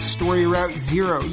StoryRouteZero